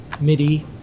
MIDI